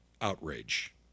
outrage